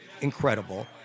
incredible